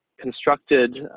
constructed